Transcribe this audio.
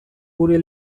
gure